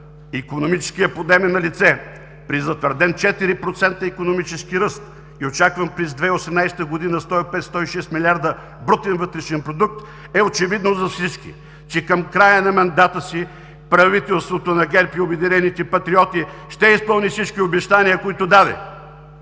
Икономическият подем е налице. При затвърден 4% икономически ръст и очакван 105 – 106 милиарда брутен вътрешен продукт през 2018 г. е очевидно за всички, че към края на мандата си правителството на ГЕРБ и „Обединените патриоти“ ще изпълни всички обещания, които даде.